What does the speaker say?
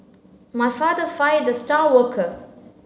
my father fired the star worker